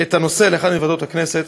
את הנושא לאחת מוועדות הכנסת.